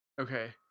Okay